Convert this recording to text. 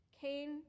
Cain